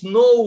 no